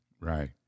Right